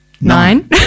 Nine